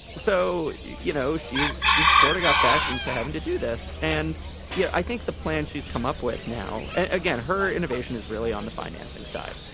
so you know she you she sort of got backed into having to do this and you know i think the plan she's come up with now and again her innovation is really on the financing side.